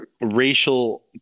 Racial